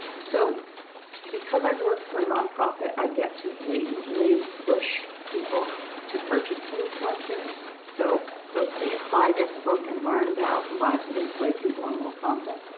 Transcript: so because i work for a nonprofit i get to blatantly push people to purchase things like this. so so please buy this book and learn about the lives of enslaved people in little compton.